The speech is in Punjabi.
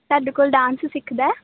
ਤੁਹਾਡੇ ਕੋਲ ਡਾਂਸ ਸਿੱਖਦਾ